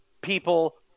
people